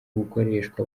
gukoreshwa